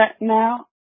now